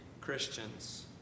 Christians